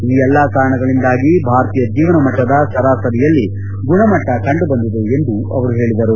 ಈ ಎಲ್ಲಾ ಕಾರಣಗಳಿಂದಾಗಿ ಭಾರತೀಯ ಜೀವನ ಮಟ್ಟದ ಸರಾಸರಿಯಲ್ಲಿ ಗುಣಮಟ್ಟ ಕಂಡು ಬಂದಿದೆ ಎಂದು ಅವರು ಹೇಳಿದರು